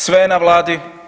Sve je na Vladi.